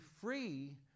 free